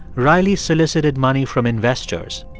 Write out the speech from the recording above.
riley solicited money from investors,